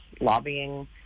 lobbying